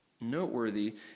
noteworthy